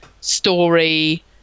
story